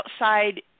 outside